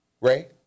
Ray